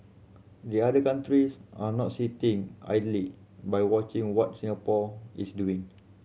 the other countries are not sitting idly by watching what Singapore is doing